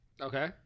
Okay